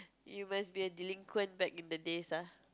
you must be a delinquent back in the days ah